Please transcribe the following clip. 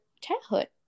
childhood